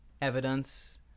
evidence